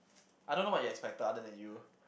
I don't know what you expected other than you